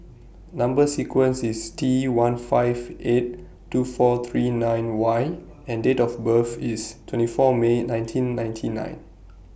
Number sequence IS T one five eight two four three nine Y and Date of birth IS twenty four May nineteen ninety nine